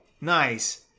nice